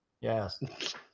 Yes